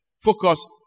Focus